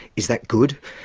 is that good?